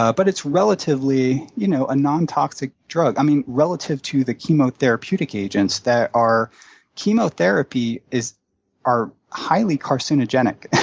ah but it's relatively you know a nontoxic drug, i mean relative to the chemotherapeutic agents that are chemotherapy is are highly carcinogenic.